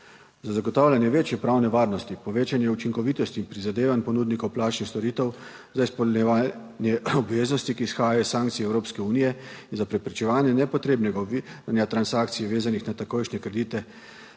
Za zagotavljanje večje pravne varnosti, povečanje učinkovitosti in prizadevanj ponudnikov plačnih storitev za izpolnjevanje obveznosti, ki izhajajo iz sankcij Evropske unije in za preprečevanje nepotrebnega oviranja transakcij vezanih na takojšnje kreditne